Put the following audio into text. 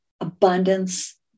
abundance